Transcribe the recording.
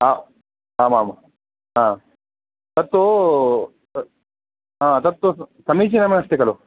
हा आमाम् आम् तत्तू तत् आम् तत्तु समीचीनमस्ति खलु